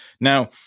Now